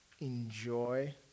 enjoy